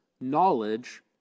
knowledge